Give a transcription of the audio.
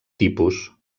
tipus